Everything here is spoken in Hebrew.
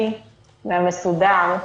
אתה יודע שבמצב הדברים הנקי והמסודר,